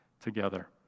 together